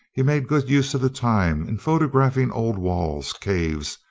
he made good use of the time in photographing old walls, caves,